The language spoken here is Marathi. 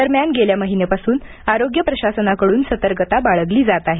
दरम्यान गेल्या महिन्यांपासून आरोग्य प्रशासनाकडून सतर्कता बाळगली जात आहे